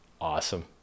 Awesome